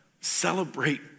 celebrate